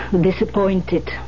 disappointed